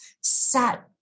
set